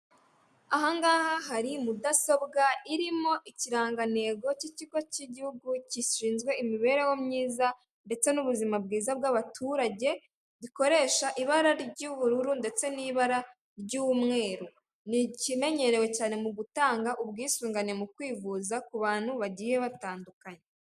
Ahangaha hari mudasobwa irimo ikirangantego cy'ikigo cy'igihugu gishinzwe imibereho myiza ndetse n'ubuzima bwiza bw'abaturage, gikoresha ibara ry'ubururu ndetse n'ibara ry'umweru n'ikimenyerewe cyane mu gutanga ubwisungane mu kwivuza ku bantu bagiye batandukanye.